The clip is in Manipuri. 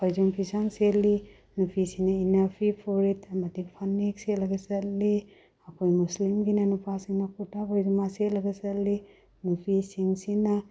ꯐꯩꯖꯣꯝ ꯐꯤꯁꯥꯡ ꯁꯦꯠꯂꯤ ꯅꯨꯄꯤꯁꯤꯡꯅ ꯏꯅꯥꯐꯤ ꯐꯨꯔꯤꯠ ꯑꯃꯗꯤ ꯐꯅꯦꯛ ꯁꯦꯠꯂꯒ ꯆꯠꯂꯤ ꯑꯩꯈꯣꯏ ꯃꯨꯁꯂꯤꯝꯒꯤꯅ ꯅꯨꯄꯥꯁꯤ ꯀꯨꯔꯇꯥ ꯄꯥꯏꯖꯃꯥ ꯆꯦꯜꯂꯒ ꯆꯠꯂꯤ ꯅꯨꯄꯤ ꯁꯤꯡꯁꯤꯅ